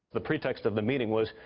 the pretext of the meeting was,